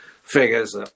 figures